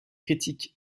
critiques